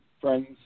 friends